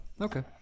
Okay